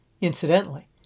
Incidentally